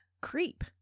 creep